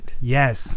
Yes